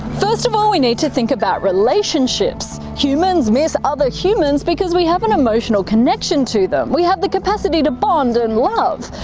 first of all we need to think about relationships. humans miss other humans because we have an emotional connection to them, we have the capacity to bond and love.